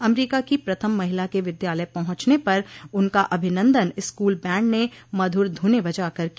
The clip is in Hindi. अमरीका की प्रथम महिला के विद्यालय पहुंचने पर उनका अभिनन्दन स्कूल बैंड ने मधुर धुनें बजाकर किया